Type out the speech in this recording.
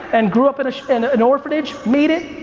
and grew up in and an orphanage made it,